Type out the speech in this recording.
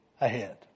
ahead